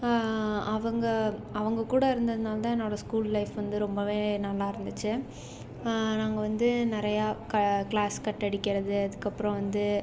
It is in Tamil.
அவங்க அவங்க கூட இருந்ததனால தான் என்னோடய ஸ்கூல் லைஃப் வந்து ரொம்பவே நல்லா இருந்துச்சு நாங்கள் வந்து நிறையா கா க்ளாஸ் கட் அடிக்கிறது அதுக்கப்புறம் வந்து